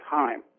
time